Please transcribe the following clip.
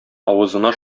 авызына